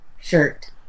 shirt